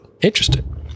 Interesting